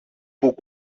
που